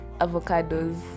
avocados